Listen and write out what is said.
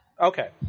Okay